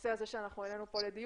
הנושא הזה שהעלינו פה לדיון.